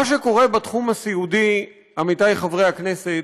מה שקורה בתחום הסיעודי, עמיתיי חברי הכנסת,